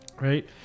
right